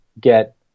get